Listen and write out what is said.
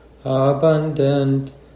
abundant